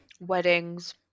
Weddings